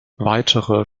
weitere